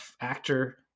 actor –